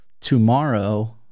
tomorrow